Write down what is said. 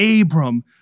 Abram